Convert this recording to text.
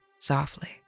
softly